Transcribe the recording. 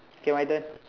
okay my turn